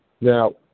Now